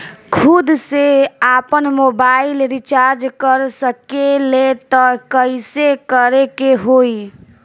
खुद से आपनमोबाइल रीचार्ज कर सकिले त कइसे करे के होई?